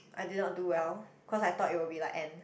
I did not do well cause I thought it will be like N